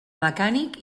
mecànic